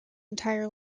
entire